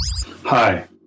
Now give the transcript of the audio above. Hi